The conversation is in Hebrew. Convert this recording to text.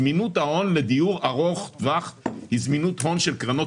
זמינות ההון לדיור ארוך טווח היא זמינות הון של קרנות